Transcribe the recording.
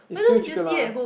it's still chicken lah